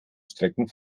strecken